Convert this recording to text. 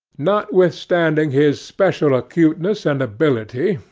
notwithstanding his special acuteness and ability,